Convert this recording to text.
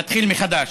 נתחיל מחדש.